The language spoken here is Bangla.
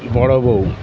বড় বউ